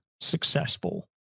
successful